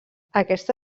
aquesta